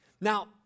Now